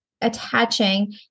attaching